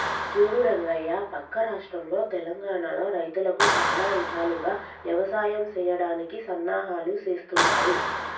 సూడు రంగయ్య పక్క రాష్ట్రంలో తెలంగానలో రైతులకు సానా ఇధాలుగా యవసాయం సెయ్యడానికి సన్నాహాలు సేస్తున్నారు